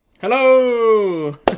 Hello